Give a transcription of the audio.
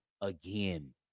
again